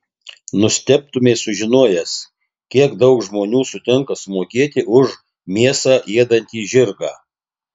nustebtumei sužinojęs kiek daug žmonių sutinka sumokėti už mėsą ėdantį žirgą